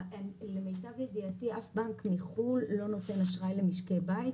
למיטב ידיעתי אף בנק מחו"ל לא נותן אשראי למשקי בית,